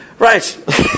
Right